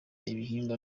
igihingwa